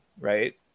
right